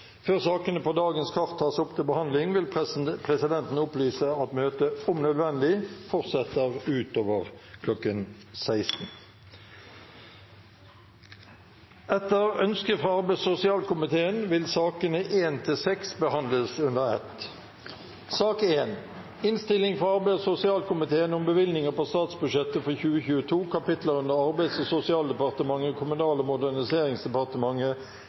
Før sakene på dagens kart tas opp til behandling, vil presidenten opplyse at møtet om nødvendig forutsetter utover kl. 16. Sakene nr. 1–6 vil bli behandlet under ett. Etter ønske fra arbeids- og sosialkomiteen vil den fordelte taletid i debatten begrenses til 1 time og 35 minutter, og